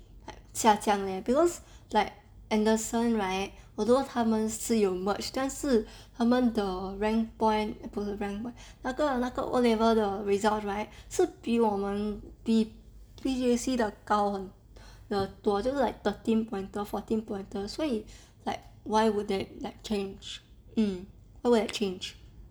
like 下降 leh because like anderson right although 他们是有 merge 但是他们的 rank point eh 不是 rank point 那个那个 O level results right 是比我们比 P_J_C 的高很多就是 like thirteen pointer fourteen pointer 所以 like why would they like change mm why would they change